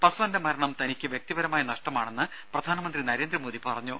പസ്വാന്റെ മരണം തനിക്ക് വ്യക്തിപരമായ നഷ്ടമാണെന്ന് പ്രധാനമന്ത്രി നരേന്ദ്രമോദി പറഞ്ഞു